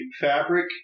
fabric